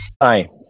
Hi